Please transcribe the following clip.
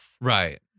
Right